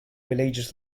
villagers